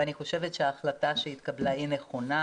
ואני חושבת שההחלטה שהתקבלה היא נכונה